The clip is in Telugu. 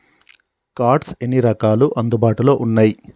కార్డ్స్ ఎన్ని రకాలు అందుబాటులో ఉన్నయి?